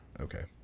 Okay